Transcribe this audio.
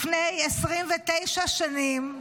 לפני 29 שנים,